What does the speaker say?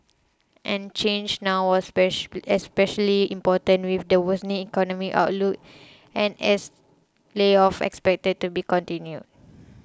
and change now was especially important with the worsening economic outlook and as layoffs expected to be continued